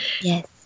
Yes